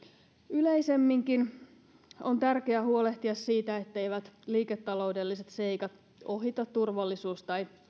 yleisemminkin on tärkeää huolehtia siitä etteivät liiketaloudelliset seikat ohita turvallisuus tai